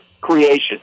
creation